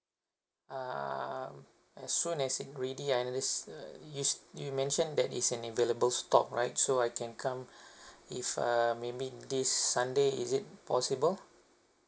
um as soon as it is ready and it is you you mentioned that it is an available stock right so I can come if uh maybe this sunday is it possible